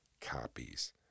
copies